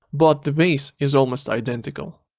but the base is almost identical.